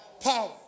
Power